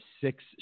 six